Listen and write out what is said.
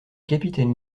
capitaine